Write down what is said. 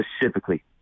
specifically